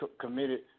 committed